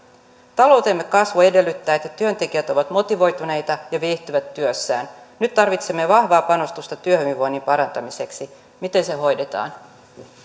taloutemme kasvu edellyttää että työntekijät ovat motivoituneita ja viihtyvät työssään nyt tarvitsemme vahvaa panostusta työhyvinvoinnin parantamiseksi miten se hoidetaan